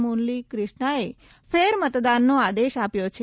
મુરલી ક્રિખ્નાએ ફેર મતદાનનો આદેશ આપ્યો છે